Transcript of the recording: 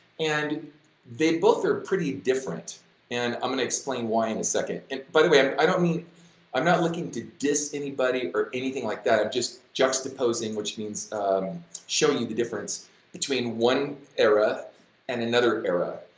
and they both are pretty different and i'm going to explain why in a second, and by the way, i'm i mean i'm not looking to diss anybody or anything like that, i'm just juxtaposing, which means show you the difference between one era and another era,